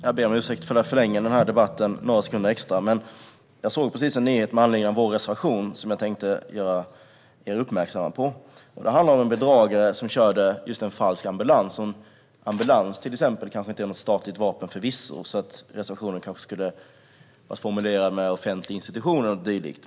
Fru talman! Jag ber om ursäkt för att jag förlänger debatten med några sekunder, men jag såg precis en nyhet som jag med anledning av vår reservation tänkte göra er uppmärksamma på. Det handlar om en bedragare som körde en falsk ambulans. Just en ambulans är förvisso kanske inte något statligt vapen, så reservationen kanske skulle ha haft en formulering om offentliga institutioner eller dylikt.